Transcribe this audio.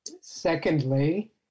Secondly